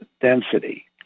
density